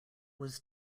was